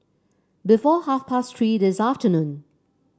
before half past Three this afternoon